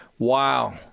Wow